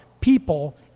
people